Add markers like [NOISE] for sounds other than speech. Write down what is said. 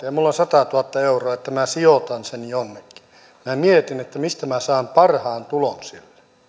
[UNINTELLIGIBLE] ja minulla on satatuhatta euroa ja minä sijoitan sen jonnekin niin minä mietin mistä minä saan parhaan tuloksen